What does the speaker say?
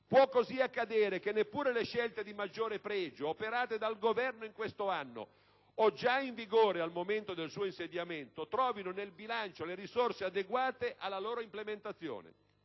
Può così accadere che neppure le scelte di maggiore pregio - operate dal Governo in quest'anno e mezzo o già in vigore al momento del suo insediamento - trovino nel bilancio le risorse adeguate alla loro implementazione.